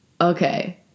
okay